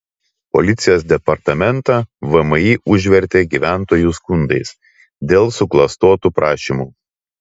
policijos departamentą vmi užvertė gyventojų skundais dėl suklastotų prašymų